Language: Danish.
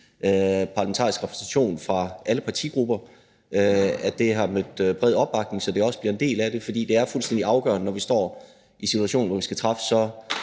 parlamentarisk repræsentation fra alle partigrupper, har mødt bred opbakning, så det også bliver en del af det. For det er fuldstændig afgørende, når vi står i situationer, hvor vi skal træffe så